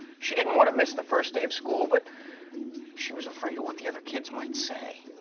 she didn't want to miss the first day of school, but she was afraid of what the other kids might say.